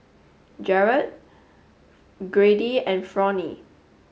Gerhard Grady and Fronie